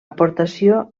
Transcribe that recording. aportació